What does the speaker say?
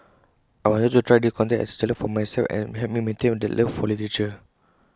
I wanted to try this contest as A challenge for myself and to help me maintain that love for literature